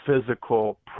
physical